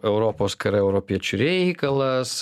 europos karai europiečių reikalas